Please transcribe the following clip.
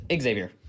Xavier